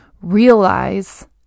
realize